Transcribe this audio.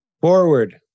Forward